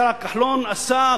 השר כחלון עשה,